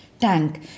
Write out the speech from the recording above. tank